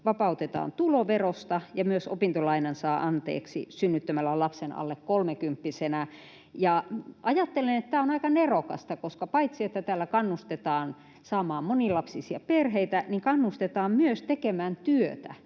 vapautetaan tuloverosta, ja myös opintolainan saa anteeksi synnyttämällä lapsen alle kolmekymppisenä. Ajattelen, että tämä on aika nerokasta, koska paitsi että tällä kannustetaan saamaan monilapsisia perheitä, niin kannustetaan myös tekemään työtä